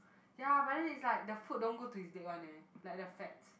ya but then is like the food don't go to his leg one leh like the fats